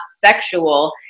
sexual